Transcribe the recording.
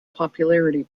popularity